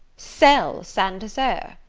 sell saint desert?